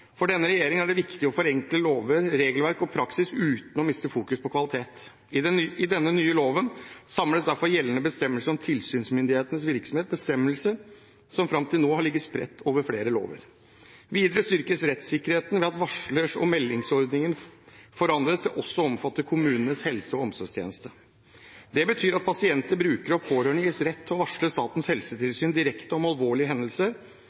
For denne regjeringen er det viktig å forenkle lover, regelverk og praksis uten å miste fokus på kvalitet. I denne nye loven samles derfor gjeldende bestemmelse om tilsynsmyndighetens virksomhet, en bestemmelse som fram til nå har vært spredt over flere lover. Videre styrkes rettssikkerheten ved at varsler- og meldingsordningen forandres til også å omfatte kommunenes helse- og omsorgstjeneste. Det betyr at pasienter, brukere og pårørende gis rett til å varsle Statens helsetilsyn direkte om alvorlige